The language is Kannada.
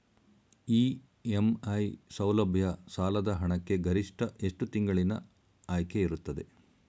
ಇ.ಎಂ.ಐ ಸೌಲಭ್ಯ ಸಾಲದ ಹಣಕ್ಕೆ ಗರಿಷ್ಠ ಎಷ್ಟು ತಿಂಗಳಿನ ಆಯ್ಕೆ ಇರುತ್ತದೆ?